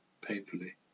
painfully